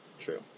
True